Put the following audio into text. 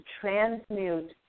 transmute